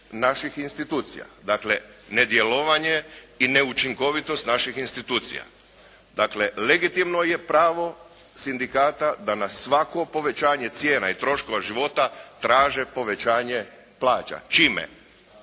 naših institucija, dakle nedjelovanje i neučinkovitost naših institucija. Dakle legitimno je pravo sindikata da na svako povećanje cijena i troškova života traže povećanje plaća. Čime?